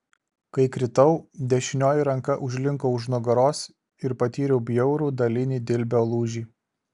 kai kritau dešinioji ranka užlinko už nugaros ir patyriau bjaurų dalinį dilbio lūžį